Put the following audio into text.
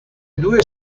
due